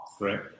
Right